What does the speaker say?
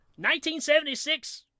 1976